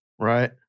Right